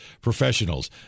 Professionals